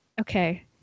Okay